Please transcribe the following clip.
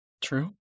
True